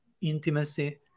intimacy